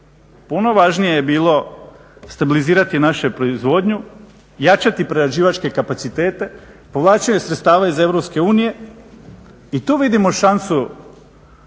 puno važnije je bilo stabilizirati našu proizvodnju, jačati prerađivačke kapacitete, povlačenje sredstava iz Europske unije i tu vidimo šansu